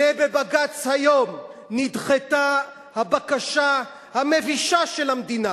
הנה בבג"ץ היום נדחתה הבקשה המבישה של המדינה